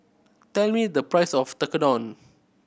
tell me the price of Tekkadon